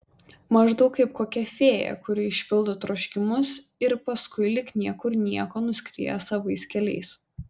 maždaug kaip kokia fėja kuri išpildo troškimus ir paskui lyg niekur nieko nuskrieja savais keliais